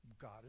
God